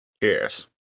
Yes